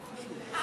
אה, נכון.